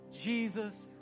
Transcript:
Jesus